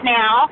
now